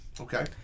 Okay